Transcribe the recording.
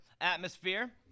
Atmosphere